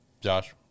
Josh